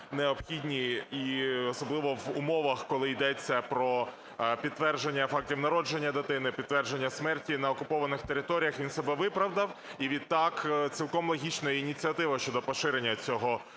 необхідні, особливо в умовах, коли йдеться про підтвердження фактів народження дитини, підтвердження смерті на окупованих територіях, він себе виправдав. І відтак цілком логічною є ініціатива щодо поширення цього